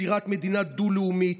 יצירת מדינה דו-לאומית,